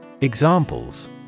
Examples